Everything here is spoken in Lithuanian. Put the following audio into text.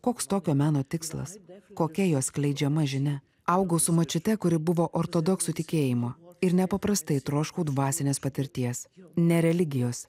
koks tokio meno tikslas kokia jo skleidžiama žinia augau su močiute kuri buvo ortodoksų tikėjimo ir nepaprastai troškau dvasinės patirties ne religijos